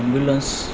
ambulance